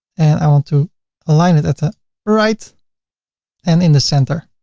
and i want to align it at the right and in the center.